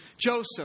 Joseph